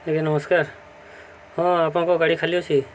ଆଜ୍ଞା ନମସ୍କାର ହଁ ଆପଣଙ୍କ ଗାଡ଼ି ଖାଲି ଅଛି